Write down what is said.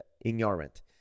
ignorant